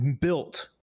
built